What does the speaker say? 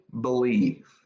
believe